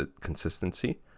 consistency